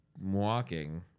walking